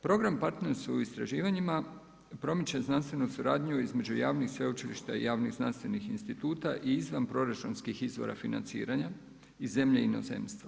Program partnerskog u istraživanjima promiče znanstvenu suradnju između javnih sveučilišta i javnih znanstvenih instituta i izvanproračunskih izvora financiranja iz zemlje i inozemstva.